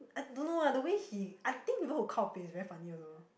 I don't know ah the way he I think people who kaopei is very funny also